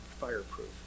fireproof